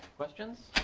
questions?